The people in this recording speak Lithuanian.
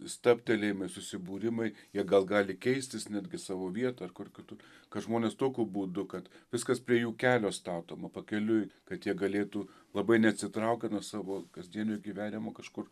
stabtelėjimai susibūrimai jie gal gali keistis netgi savo vietą ar kur kitur kad žmonės tokiu būdu kad viskas prie jų kelio statoma pakeliui kad jie galėtų labai neatsitraukę nuo savo kasdienio gyvenimo kažkur